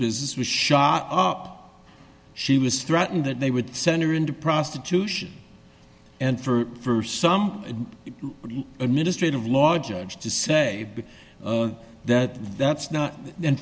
business was shot up she was threatened that they would send her into prostitution and for some administrative law judge to say that that's not